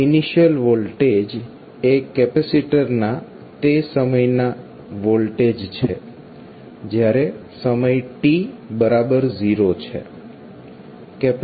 આ initial voltage એ કેપેસીટરના તે સમયના વોલ્ટેજ છે જયારે સમય t0 છે